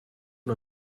una